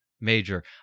major